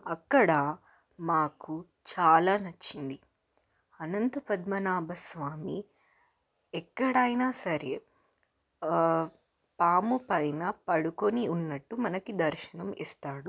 అక్కడ మాకు చాలా నచ్చింది అనంత పద్మనాభస్వామి ఎక్కడైనా సరే పాము పైన పడుకుని ఉన్నట్టు మనకి దర్శనం ఇస్తాడు